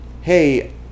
hey